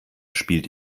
spielt